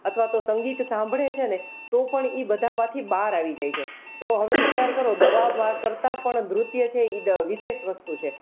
અથવા તો સંગીત સાંભળે છે ને તો પણ એ બધામાંથી બહાર આવી જાય છે તો હવે વિચાર કરો દવા કરતાં પણ નૃત્ય છે ઈ વિશેષ વસ્તુ છે